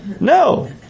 No